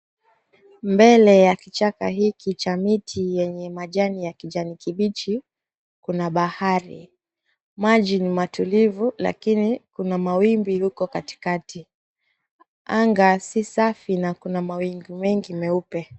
Mbele ya kichaka hiki cha miti yenye majani ya kijani kibichi, kuna bahari. Maji ni matulivu lakini kuna mawimbi huko katikati. Anga si safi na kuna mawingu mengi meupe.